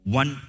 one